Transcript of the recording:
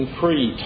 free